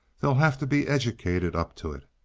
they'll have to be educated up to it.